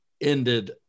ended